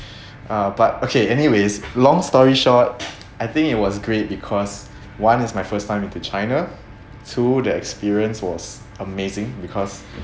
uh but okay anyways long story short I think it was great because one it's my first time into china two the experience was amazing because